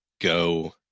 Go